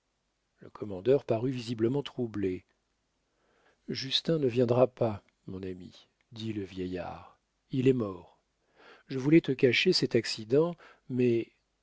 le commandeur parut visiblement troublé justin ne viendra pas mon ami dit le vieillard il est mort je voulais te cacher cet accident mais